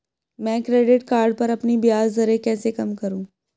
मैं credit card पर अपनी ब्याज दरें कैसे कम करूँ?